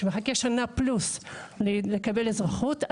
שהוא מחכה שנה פלוס לקבל אזרחות.